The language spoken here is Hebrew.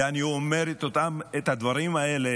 ואני אומר את הדברים האלה